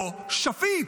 לא שפיט?